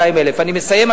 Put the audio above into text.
אני מסיים,